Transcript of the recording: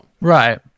Right